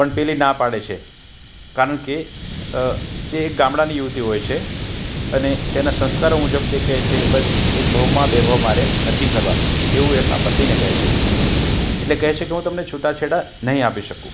પણ પેલી ના પાડે છે કારણ કે તે ગામડાંની યુવતી હોય છે અને તેના સંસ્કારો મુજબ તે કે છે બસ એક ભવમાં બે ભવ મારે નથી કરવા એવું એમના પતિને કહે છે એટલે કહે છે કે હું તમને છૂટાછેડા નહીં આપી શકું